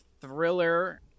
thriller